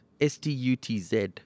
S-T-U-T-Z